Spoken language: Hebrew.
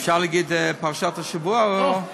אפשר להגיד פרשת השבוע או לא כדאי?